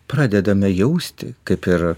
pradedame jausti kaip ir